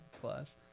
plus